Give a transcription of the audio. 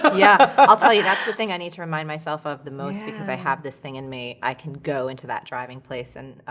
yeah. i'll tell you, that's the thing i need to remind myself of the most because i have this thing in me, i can go into that driving place and,